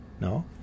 No